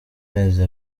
mezi